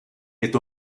est